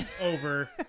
over